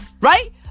Right